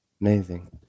Amazing